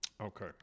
Okay